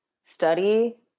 study